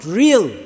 real